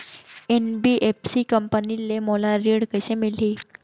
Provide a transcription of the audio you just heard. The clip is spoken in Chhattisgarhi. एन.बी.एफ.सी कंपनी ले मोला ऋण कइसे मिलही?